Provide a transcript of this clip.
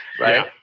Right